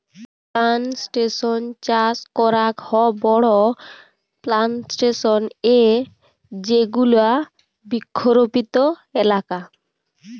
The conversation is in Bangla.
প্লানটেশন চাস করাক হ বড়ো প্লানটেশন এ যেগুলা বৃক্ষরোপিত এলাকা